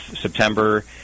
September